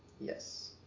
Yes